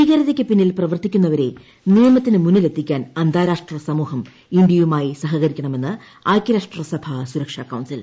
ഭീകരതയ്ക്ക് പിന്നിൽ പ്രവർത്തിക്കുന്നവരെ നിയമത്തിനു മുന്നിലെത്തിക്കാൻ അന്താരാഷ്ട്ര സമൂഹം ഇന്തൃയുമായി സഹകരിക്കണമെന്ന് ഐക്യരാഷ്ട്ര സഭ സുരക്ഷാ കൌൺസിൽ